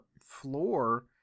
floor